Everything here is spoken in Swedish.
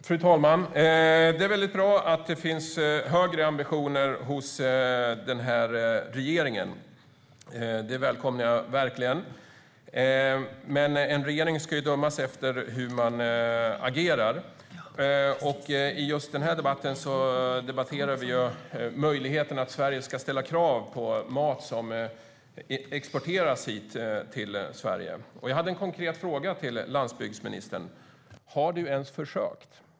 Fru talman! Det är bra att det finns högre ambitioner hos den här regeringen. Det välkomnar jag verkligen. Men en regering ska dömas efter hur man agerar. I just den här debatten diskuterar vi möjligheten att Sverige ska ställa krav på mat som exporteras till Sverige, och jag hade en konkret fråga till landsbygdsministern: Har du ens försökt?